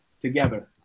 together